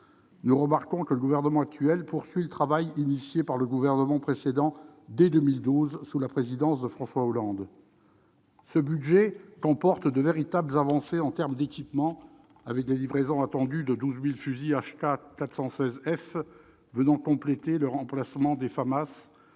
nous remarquons que le gouvernement actuel poursuit le travail engagé dès 2012, sous la présidence de François Hollande. Ce budget comporte de véritables avancées en termes d'équipements, avec les livraisons attendues de 12 000 fusils HK416F, qui complètent le remplacement des Famas,